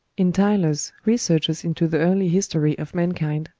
in tylor's researches into the early history of mankind,